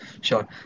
sure